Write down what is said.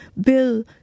bill